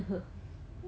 no